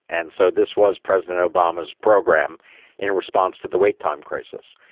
and so this was president obama's program in response to the wait time crisis.